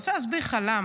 אני רוצה להסביר לך למה.